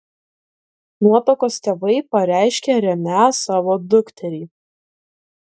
nuotakos tėvai pareiškė remią savo dukterį